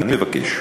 אני מבקש,